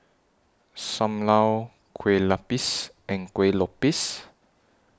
SAM Lau Kueh Lapis and Kueh Lopes